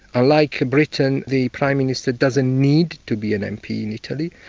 ah like britain, the prime minister doesn't need to be an mp in italy.